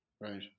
Right